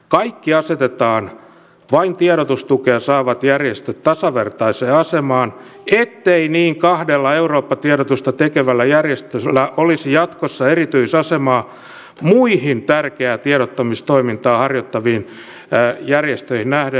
kaikki vain tiedotustukea saavat järjestöt asetetaan tasavertaiseen asemaan ettei kahdella eurooppa tiedotusta tekevällä järjestöllä olisi jatkossa erityisasemaa muihin tärkeää tiedottamistoimintaa harjoittaviin järjestöihin nähden